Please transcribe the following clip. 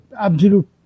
absolute